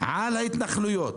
על ההתנחלויות,